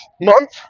month